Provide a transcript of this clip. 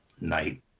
night